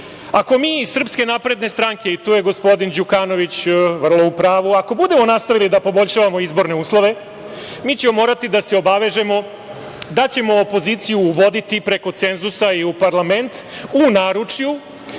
u Srbiji. Ako mi iz SNS i tu je gospodin Đukanović vrlo u pravu, ako budemo nastavili da poboljšavamo izborne uslove mi ćemo morati da se obavežemo da ćemo opoziciju uvoditi i preko cenzusa i u parlament, u naručju